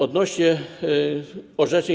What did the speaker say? Odnośnie do orzeczeń.